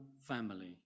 family